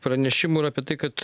pranešimų yra apie tai kad